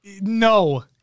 no